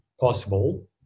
possible